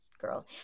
girl